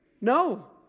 No